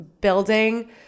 building